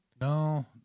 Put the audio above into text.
No